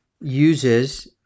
uses